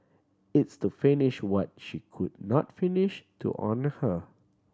it's to finish what she could not finish to honour her